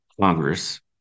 Congress